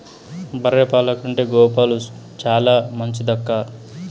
బర్రె పాల కంటే గోవు పాలు చాలా మంచిదక్కా